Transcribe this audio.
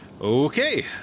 Okay